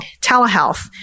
telehealth